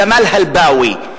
כמאל אל-הלבאווי,